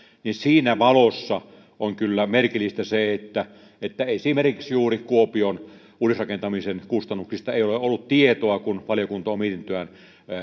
niin siinä valossa on kyllä merkillistä se että että esimerkiksi juuri kuopion uudisrakentamisen kustannuksista ei ole ollut tietoa kun valiokunta on mietintöään